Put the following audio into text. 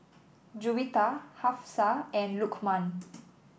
Juwita Hafsa and Lukman